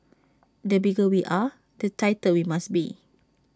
the bigger we are the tighter we must be